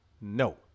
No